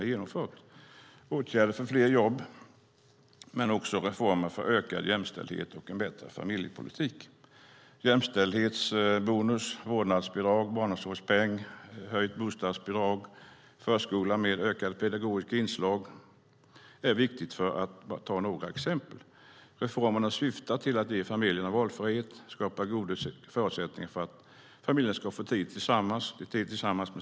Det handlar om åtgärder för fler jobb men också om reformer för ökad jämställdhet och en bättre familjepolitik. Jämställdhetsbonus, vårdnadsbidrag, barnomsorgspeng, höjt bostadsbidrag och en förskola med ett ökat pedagogiskt inslag är några exempel på sådant som är viktigt. Reformerna syftar till att ge familjerna valfrihet och skapa goda förutsättningar för att familjen ska få tid tillsammans.